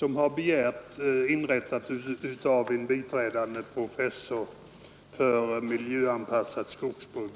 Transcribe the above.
den här motionen om inrättande vid skogshögskolan av en biträdande professur i miljöanpassat skogsbruk.